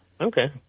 Okay